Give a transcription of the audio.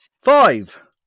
five